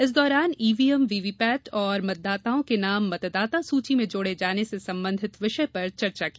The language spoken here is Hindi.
इस दौरान ईवीएम वीवीपेट और मतदाताओं के नाम मतदाता सूची में जोड़े जाने से सम्बन्धित विषय पर चर्चा की